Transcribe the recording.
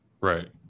Right